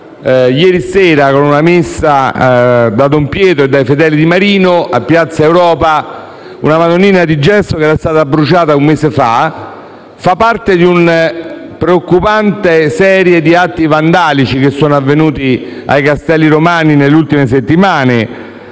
e inaugurata in una messa da don Pietro e dai fedeli di Marino, a Piazza Europa. Una Madonnina di gesso, che era stata bruciata un mese fa. Questo fa parte di una preoccupante serie di atti vandalici avvenuti ai Castelli Romani nelle ultime settimane,